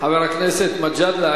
חבר הכנסת מג'אדלה,